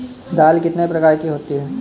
दाल कितने प्रकार की होती है?